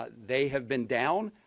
ah they have been down,